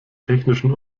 technischen